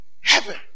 heaven